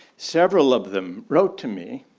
several of them wrote to me